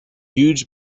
huge